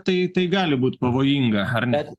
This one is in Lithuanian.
tai tai gali būt pavojinga ar ne